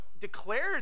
Declared